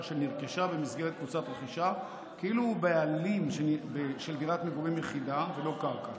שנרכשה במסגרת קבוצת רכישה כאילו הוא בעלים של דירת מגורים יחידה ולא קרקע